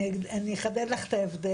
אני אחדד לך את ההבדל,